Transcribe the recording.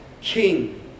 king